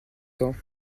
temps